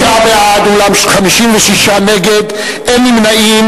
29 בעד, אולם 56 נגד, אין נמנעים.